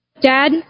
Dad